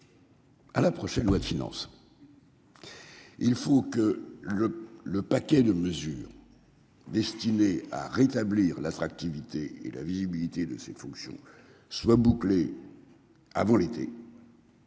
À la prochaine loi de finances. Il faut que le, le paquet de mesures. Destinées à rétablir l'attractivité et la visibilité de ses fonctions soit bouclé. Avant l'été.